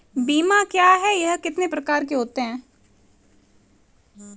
बीमा क्या है यह कितने प्रकार के होते हैं?